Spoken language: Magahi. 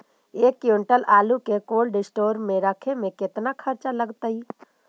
एक क्विंटल आलू के कोल्ड अस्टोर मे रखे मे केतना खरचा लगतइ?